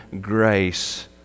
grace